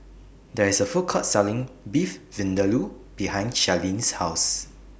There IS A Food Court Selling Beef Vindaloo behind Charlene's House